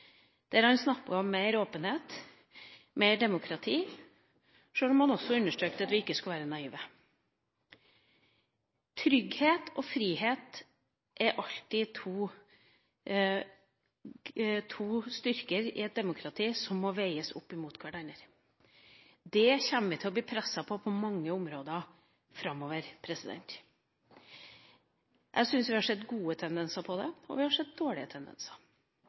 Han snakket om mer åpenhet, mer demokrati, sjøl om han også understreket at vi ikke skal være naive. I et demokrati er trygghet og frihet to styrker som alltid må veies opp mot hverandre. Det kommer vi til å bli presset på på mange områder framover. Jeg syns vi har sett gode tendenser her, og vi har sett dårlige tendenser.